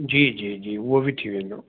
जी जी जी उहो बि थी वेंदो